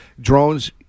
drones